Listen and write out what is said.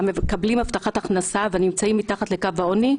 המקבלים הבטחת הכנסה ונמצאים מתחת לקו העוני,